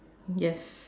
yes